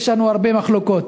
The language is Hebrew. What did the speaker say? יש לנו הרבה מחלוקות,